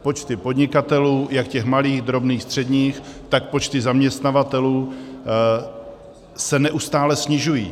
Počty podnikatelů, jak těch malých, drobných, středních, tak počty zaměstnavatelů se neustále snižují.